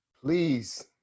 please